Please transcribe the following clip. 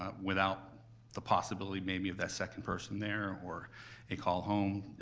ah without the possibility maybe of that second person there or a call home,